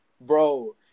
bro